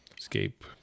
Escape